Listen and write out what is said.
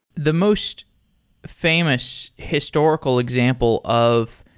the most famous historical example of